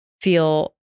feel